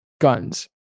guns